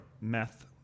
meth